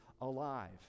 alive